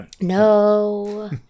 No